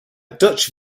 dutch